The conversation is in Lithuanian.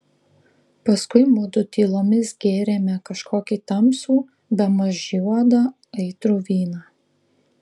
paskui mudu tylomis gėrėme kažkokį tamsų bemaž juodą aitrų vyną